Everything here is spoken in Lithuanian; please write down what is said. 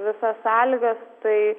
visas sąlygas tai